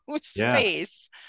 space